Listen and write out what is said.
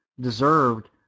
deserved